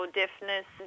deafness